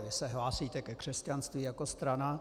Vy se hlásíte ke křesťanství jako strana.